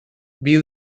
viu